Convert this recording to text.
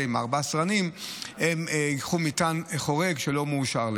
ארבעה סרנים ייקחו מטען חורג שלא מאושר להן.